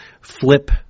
flip